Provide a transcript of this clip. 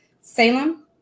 Salem